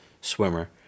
swimmer